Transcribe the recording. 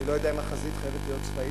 אני לא יודע אם החזית חייבת להיות צבאית,